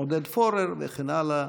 עודד פורר וכן הלאה,